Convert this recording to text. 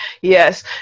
Yes